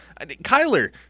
Kyler